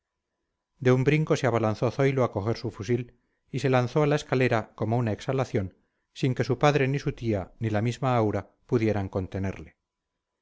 de un brinco se abalanzó zoilo a coger su fusil y se lanzó a la escalera como una exhalación sin que su padre ni su tía ni la misma aura pudieran contenerle